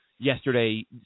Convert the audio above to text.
yesterday